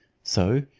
so,